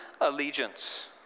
allegiance